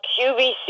QVC